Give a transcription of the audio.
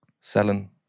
Selling